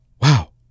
wow